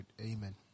amen